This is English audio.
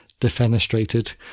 defenestrated